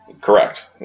Correct